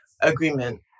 agreement